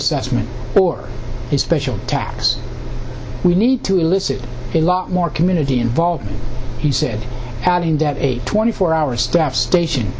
assessment for his special tax we need to elicit a lot more community involvement he said adding that eight twenty four hour staff station